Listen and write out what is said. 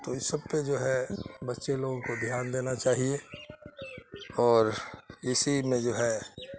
تو اس سب پہ جو ہے بچے لوگوں کو دھیان دینا چاہیے اور اسی میں جو ہے